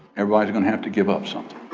everybody's gonna have to give up something.